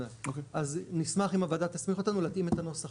אז נשמח אם הוועדה תסמיך אותנו להקים את הנוסח